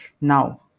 Now